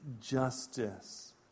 justice